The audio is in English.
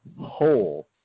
whole